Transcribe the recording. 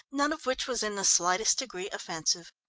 none of which was in the slightest degree offensive.